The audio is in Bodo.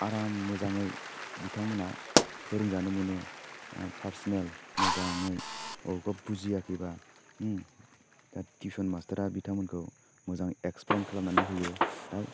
आराम मोजाङै बिथांमोना फोरोंजानो मोनो पार्सनेल मोजाङै अबेबा बुजियाखैबा दा टिउसन मास्टारा बिथांमोनखौ मोजां एक्सप्लेइन खालामनानै होयो दा